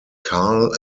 carl